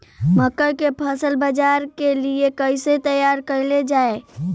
मकई के फसल बाजार के लिए कइसे तैयार कईले जाए?